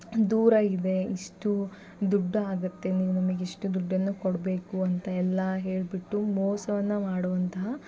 ದೂರ ಇದೆ ಇಷ್ಟು ದುಡ್ಡಾಗುತ್ತೆ ನೀವು ನಮಗ್ ಇಷ್ಟು ದುಡ್ಡನ್ನು ಕೊಡಬೇಕು ಅಂತ ಎಲ್ಲ ಹೇಳಿಬಿಟ್ಟು ಮೋಸವನ್ನು ಮಾಡುವಂತಹ